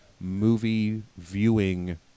movie-viewing